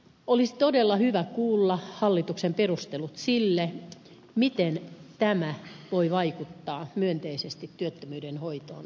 olisi todella hyvä kuulla hallituksen perustelut sille miten tämä voi vaikuttaa myönteisesti työttömyyden hoitoon lähivuosien aikana